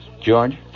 George